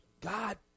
God